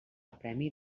premi